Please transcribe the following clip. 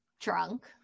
drunk